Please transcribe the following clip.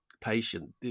patient